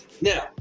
now